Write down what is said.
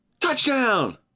touchdown